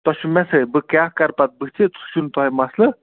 تۄہہِ چھُ مےٚ سۭتۍ بہٕ کیٛاہ کرٕ پَتہٕ بٕتھِ سُہ چھُنہٕ تۄہہِ مسلہٕ